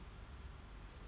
mm